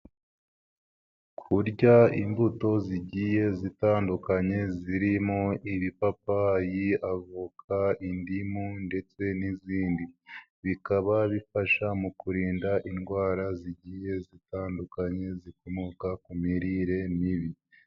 Kurya imbuto zigiye zitandukanye zirimo ibipapayi, avoka, indimu ndetse n'izindi, bikaba bifasha mu kurinda indwara zigiye zitandukanye zikomoka ku mirire mibi.